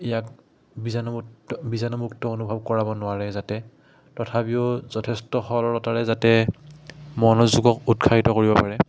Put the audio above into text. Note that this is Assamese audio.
ইয়াক বীজাণুমুক বীজাণুমুক্ত অনুভৱ কৰাব নোৱাৰে যাতে তথাপিও যথেষ্ট সৰলতাৰে যাতে মনোযোগক উৎসাহিত কৰিব পাৰে